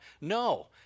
no